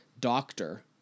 Doctor